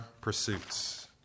pursuits